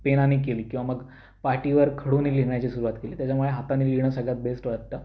पेनाने केली किंवा मग पाटीवर खडूने लिहिण्याची सुरुवात केली त्याच्यामुळे हाताने लिहीणं सगळ्यात बेस्ट वाटतं